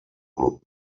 club